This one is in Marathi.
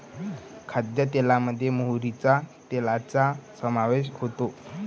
खाद्यतेलामध्ये मोहरीच्या तेलाचा समावेश होतो